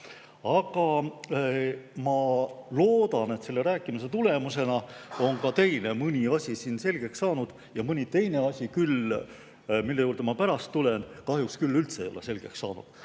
Aga ma loodan, et selle rääkimise tulemusena on ka teile mõni asi selgeks saanud. Mõni teine asi, mille juurde ma pärast tulen, ei ole kahjuks küll üldse selgeks saanud. Aga